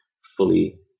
fully